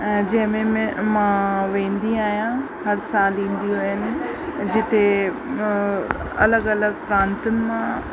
ऐं जंहिंमें में मां वेंदी आहियां हर साल ईंदियूं आहिनि जिते अलॻि अलॻि प्रान्तुनि मां